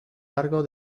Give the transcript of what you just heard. largo